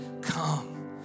come